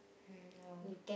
mm no